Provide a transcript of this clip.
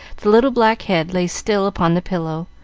the little black head lay still upon the pillow,